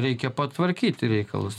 reikia patvarkyti reikalus